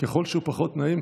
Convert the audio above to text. ככל שהוא פחות נעים,